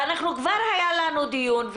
כבר היה לנו דיון,